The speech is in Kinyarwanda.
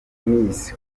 miss